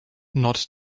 not